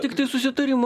tiktai susitarimo